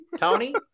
Tony